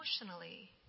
Emotionally